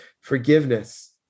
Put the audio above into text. Forgiveness